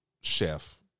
Chef